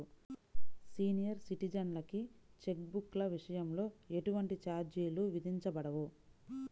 senior సిటిజన్లకి cheque బుక్ల విషయంలో ఎటువంటి ఛార్జీలు విధించబడవు